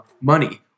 money